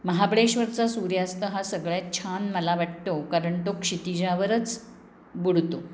महाबळेश्वरचा सूर्यास्त हा सगळ्यात छान मला वाटतो कारण तो क्षितिजावरच बुडतो